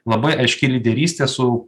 labai aiški lyderystė su